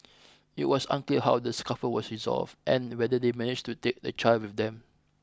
it was unclear how the scuffle was resolved and whether they managed to take the child with them